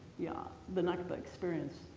yeah, the nakba experience.